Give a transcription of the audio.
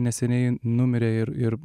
neseniai numirė ir ir